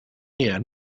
here